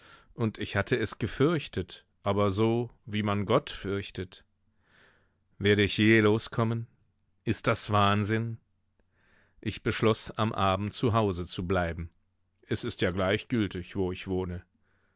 und ich hatte es gefürchtet aber so wie man gott fürchtet werde ich je loskommen ist das wahnsinn ich beschloß am abend zu hause zu bleiben es ist ja gleichgültig wo ich wohne